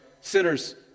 sinners